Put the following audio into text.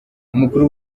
umukuru